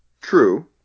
True